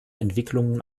entwicklungen